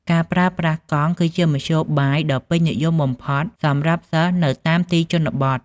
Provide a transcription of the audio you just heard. ការប្រើប្រាស់កង់គឺជាមធ្យោបាយដ៏ពេញនិយមបំផុតសម្រាប់សិស្សនៅតាមទីជនបទ។